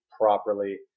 properly